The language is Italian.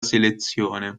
selezione